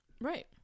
right